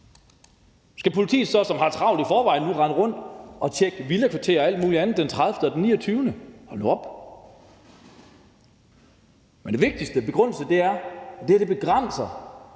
Skal politiet, som har travlt i forvejen, så nu rende rundt og tjekke villakvarterer og alt muligt andet den 29. og den 30. december? Hold nu op! Men den vigtigste begrundelse er, at det her begrænser